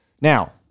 Now